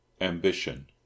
Ambition